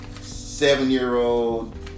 seven-year-old